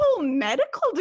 medical